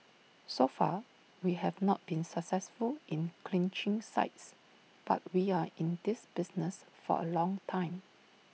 so far we have not been successful in clinching sites but we are in this business for A long time